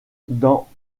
dans